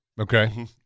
Okay